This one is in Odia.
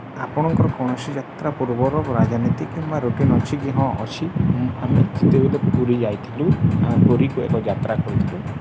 ଆପଣଙ୍କର କୌଣସି ଯାତ୍ରା ପୂର୍ବର ରାଜନୀତି କିମ୍ବା ରୁଟିନ୍ ଅଛି କି ହଁ ଅଛି ଆମେ ଯେତେବେଳେ ପୁରୀ ଯାଇଥିଲୁ ପୁରୀକୁ ଏକ ଯାତ୍ରା କରିଥିଲୁ